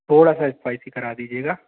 थोड़ा सा स्पाईसी करा दीजिएगा